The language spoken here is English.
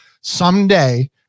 someday